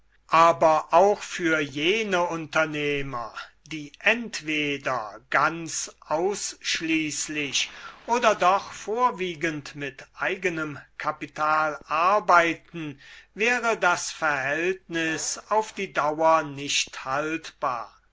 aber auch für jene unternehmer die entweder ganz ausschließlich oder doch vorwiegend mit eigenem kapital arbeiten wäre das verhältnis auf die dauer nicht haltbar